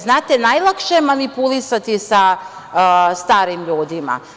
Znate, najlakše je manipulisati sa starim ljudima.